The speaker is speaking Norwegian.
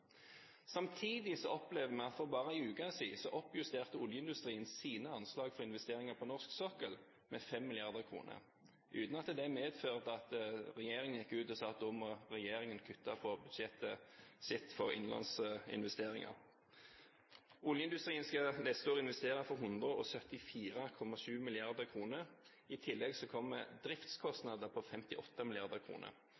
Samtidig opplever vi at for bare en uke siden oppjusterte oljeindustrien sine anslag for investeringer på norsk sokkel med 5 mrd. kr, uten at det medførte at regjeringen gikk ut og sa at da må regjeringen kutte på budsjettet for innenlands investeringer. Oljeindustrien skal neste år investere for 174,7 mrd. kr. I tillegg kommer